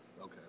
Okay